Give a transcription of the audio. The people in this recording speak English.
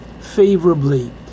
favorably